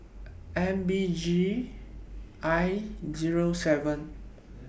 M B G I Zero seven